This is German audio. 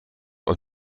und